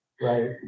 Right